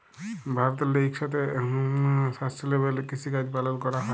ভারতেল্লে ইকসাথে সাস্টেলেবেল কিসিকাজ পালল ক্যরা হ্যয়